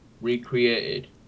recreated